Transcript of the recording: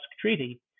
Treaty